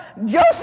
Joseph